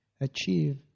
achieve